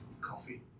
Coffee